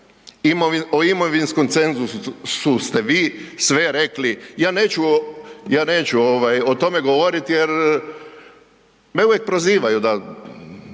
O imovinskom cenzusu ste vi sve rekli, ja neću o tome govoriti jer me uvijek prozivaju da